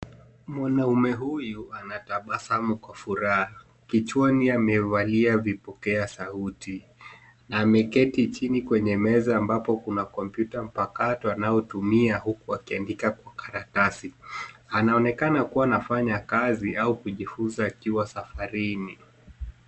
Mwanaume huyu anatabasamu kwa furaha. Kichwani amevalia vipokea sauti. Ameketi chini kwenye meza ambapo kuna kompyuta mpakato anaoutumia huku akiandika kwa karatasi. Anaonekana kuwa anafanya kazi au kujifunza akiwa safarini.